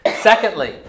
Secondly